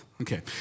Okay